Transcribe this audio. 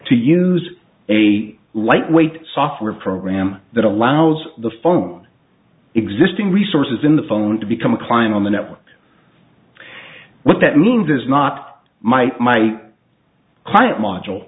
to use a lightweight software program that allows the phone existing resources in the phone to become a klein on the network what that means is not my my client m